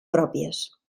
pròpies